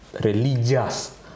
religious